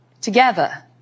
Together